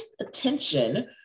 attention